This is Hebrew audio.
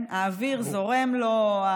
האוויר זורם לו,